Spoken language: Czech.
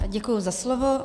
Děkuji za slovo.